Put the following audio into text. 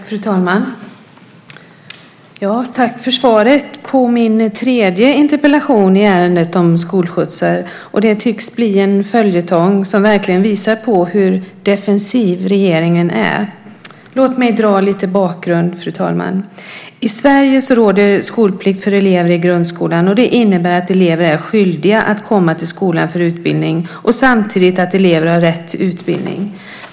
Fru talman! Tack för svaret på min tredje interpellation i ärendet om skolskjutsar. Det tycks bli en följetong som verkligen visar hur defensiv regeringen är. Låt mig dra lite bakgrund. I Sverige råder skolplikt för elever i grundskolan. Det innebär att elever är skyldiga att komma till skolan för utbildning och samtidigt att elever har rätt till utbildning.